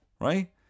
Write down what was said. right